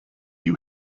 you